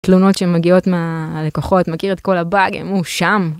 תלונות שמגיעות מהלקוחות, מכיר את כל הבאגים, הוא שם.